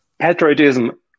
patriotism